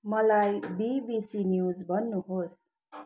मलाई BBC news भन्नुहोस्